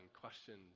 questions